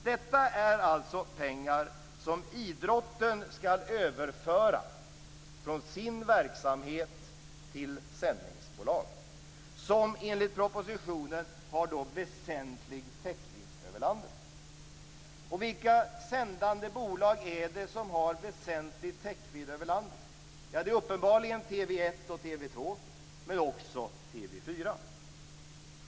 Detta är alltså pengar som idrotten skall överföra från sin verksamhet till sändningsbolag som enligt propositionen har väsentlig täckvidd över landet. Och vilka sändande bolag är det som har väsentlig täckvidd över landet? Ja, det är uppenbarligen TV 1 och TV 2, men det är också TV 4.